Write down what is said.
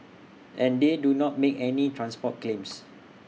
and they do not make any transport claims